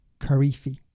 Karifi